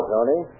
Tony